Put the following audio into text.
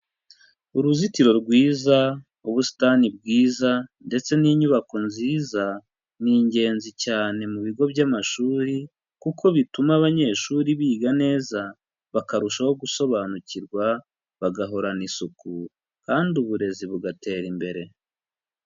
Uruzitiro rwiza ubusitani bwiza ndetse n'inyubako nziza, ni ingenzi cyane mu bigo by'amashuri kuko bituma abanyeshuri biga neza bakarushaho gusobanukirwa bagahorana isuku kandi uburezi bugatera imbere.